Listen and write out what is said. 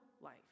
life